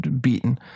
beaten